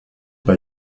bei